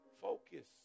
Focus